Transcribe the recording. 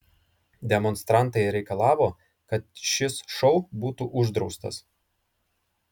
demonstrantai reikalavo kad šis šou būtų uždraustas